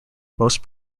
most